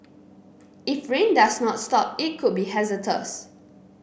if rain does not stop it could be hazardous